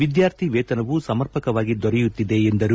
ವಿದ್ಯಾರ್ಥಿಗಳ ವೇತನವೂ ಸಮರ್ಪಕವಾಗಿ ದೊರೆಯುತ್ತಿದೆ ಎಂದರು